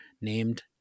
named